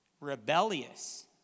Rebellious